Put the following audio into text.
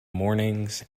mornings